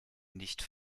nicht